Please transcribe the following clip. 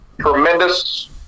tremendous